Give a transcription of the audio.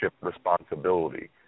responsibility